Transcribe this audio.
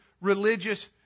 religious